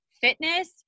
fitness